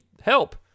help